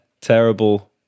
terrible